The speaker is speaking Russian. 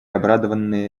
обрадованные